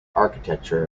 architecture